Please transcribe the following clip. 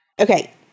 Okay